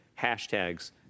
hashtags